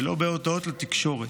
ולא בהודעות לתקשורת.